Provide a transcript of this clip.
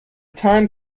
time